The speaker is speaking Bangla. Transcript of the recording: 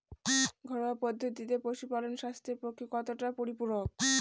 ঘরোয়া পদ্ধতিতে পশুপালন স্বাস্থ্যের পক্ষে কতটা পরিপূরক?